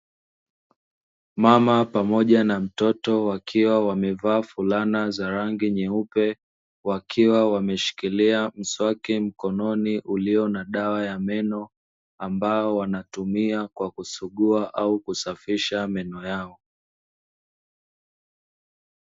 Mama pamoja na mtoto wakiwa wamevaa fulana za rangi nyeupe, wakiwa wameshikilia mswaki mkononi ulio na dawa ya meno, ambao wanatumia kwa kusugua au kusafisha meno yao.